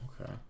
Okay